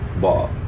ball